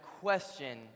question